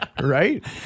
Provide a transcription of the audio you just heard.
Right